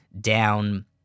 down